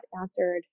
answered